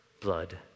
blood